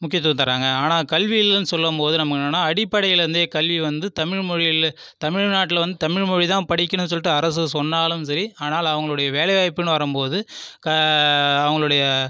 முக்கியத்துவம் தராங்க ஆனால் கல்வி இல்லைன்னு சொல்லும்போது நமக்கு என்னன்னா அடிப்படையிலேந்தே கல்வி வந்து தமிழ்மொழியில் தமிழ்நாட்டில் வந்து தமிழ்மொழி தான் படிக்கனும் சொல்லிட்டு அரசு சொன்னாலும் சரி ஆனால் அவங்களுடைய வேலை வாய்ப்புனு வரும்போது அவங்களுடைய